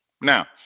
Now